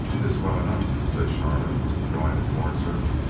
tis well enough, said charlotte, drawing it towards her.